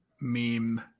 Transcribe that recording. meme